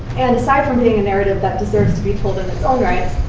and aside from being a narrative that deserves to be told in its own rights,